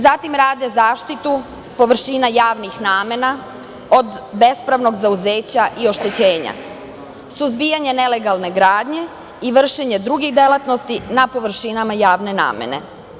Zatim, rade zaštitu površina javnih namena od bespravnog zauzeća i oštećenja, suzbijanje nelegalne gradnje i vršenje drugih delatnosti na površinama javne namene.